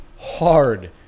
hard